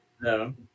No